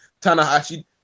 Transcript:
Tanahashi